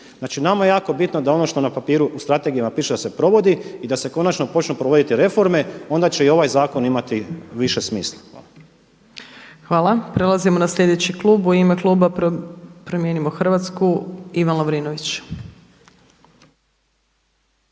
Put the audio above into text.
Znači, nama je jako bitno da ono što na papiru u strategijama piše da se provodi i da se konačno počnu provoditi reforme, onda će i ovaj zakon imati više smisla. **Opačić, Milanka (SDP)** Hvala. Prelazimo na sljedeći klub. U ime kluba Promijenimo Hrvatsku Ivan Lovrinović.